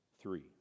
three